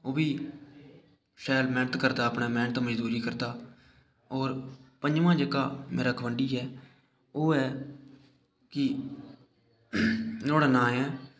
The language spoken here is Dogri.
ओह् बी शैल मैह्नत करदा अपने मैह्नत मजदूरी करदा होर पंजमां जेह्का मेरा गवांडी ऐ ओह् ऐ कि नोआड़ा नांऽ ऐ